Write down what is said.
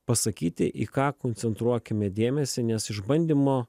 pasakyti į ką koncentruokime dėmesį nes išbandymo